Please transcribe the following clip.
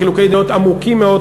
וחילוקי דעות עמוקים מאוד,